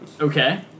Okay